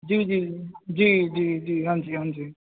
ਜੀ ਜੀ ਜੀ ਜੀ ਜੀ ਹਾਂਜੀ ਹਾਂਜੀ